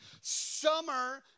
summer